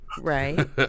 right